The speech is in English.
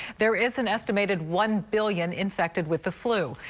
there is an estimated one billion infected with the flu.